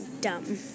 dumb